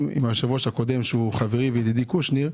עם היושב-ראש הקודם שהוא חברי קושניר,